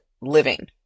living